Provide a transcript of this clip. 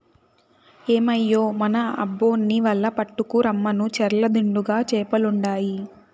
ఏమయ్యో మన అబ్బోన్ని వల పట్టుకు రమ్మను చెర్ల నిండుగా చేపలుండాయి